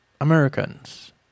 Americans